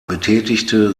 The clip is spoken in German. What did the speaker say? betätigte